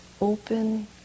open